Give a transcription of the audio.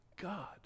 God